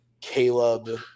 caleb